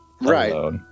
right